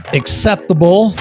acceptable